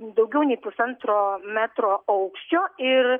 daugiau nei pusantro metro aukščio ir